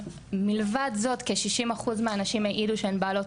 מלבד זאת כי 60% מהנשים העידו שהן בעלות